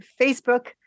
Facebook